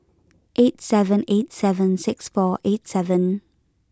eight seven eight seven six four eight seven